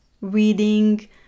reading